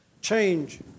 change